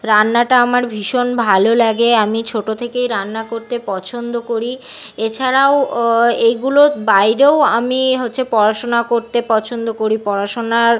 রান্নাটা আমার ভীষণ ভালো লাগে আমি ছোট থেকেই রান্না করতে পছন্দ করি এ ছাড়াও এগুলোর বাইরেও আমি হচ্ছে পড়াশোনা করতে পছন্দ করি পড়াশোনার